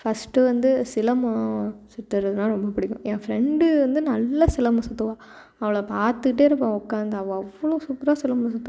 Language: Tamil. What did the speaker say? ஃபஸ்ட் வந்து சிலம்பம் சுத்துறதின்னா ரொம்ப பிடிக்கும் என் ஃப்ரெண்டு வந்து நல்லா சிலம்பம் சுத்துவாள் அவளை பார்த்துட்டே இருப்பேன் உட்காந்து அவள் அவ்வளோ சூப்பராக சிலம்பம் சுத்துவாள்